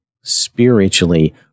spiritually